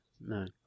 No